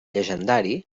llegendari